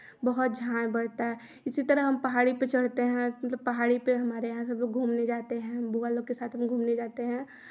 बहुत झायँ बढ़ता है इसी तरह हम पहाड़ी पे चढ़ते हैं पहाड़ी पे हमारे यहाँ सबलोग घूमने जाते हैं बुआ लोग के साथ भी घूमने जाते हैं